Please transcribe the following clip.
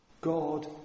God